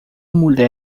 mulher